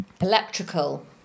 Electrical